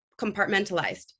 compartmentalized